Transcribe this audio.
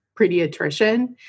pediatrician